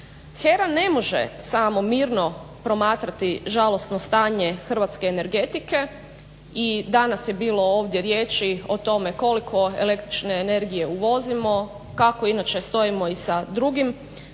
HERA ne može samo mirno promatrati žalosno stanje hrvatske energetike. I danas je bilo ovdje riječi o tome koliko električne energije uvozimo, kako inače stojimo i sa drugim